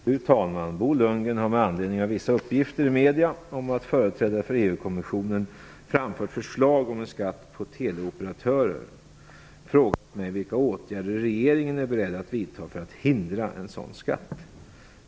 Fru talman! Bo Lundgren har, med anledning av vissa uppgifter i medier om att en företrädare för EU kommissionen framfört förslag om en skatt på teleoperatörer, frågat mig vilka åtgärder regeringen är beredd att vidta för att hindra en sådan skatt.